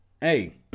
Hey